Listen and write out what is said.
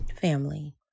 Family